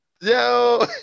Yo